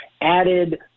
added